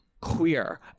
queer